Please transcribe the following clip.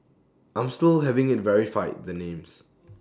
I'm still having IT verified the names